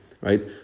Right